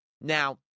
Now